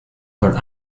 por